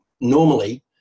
normally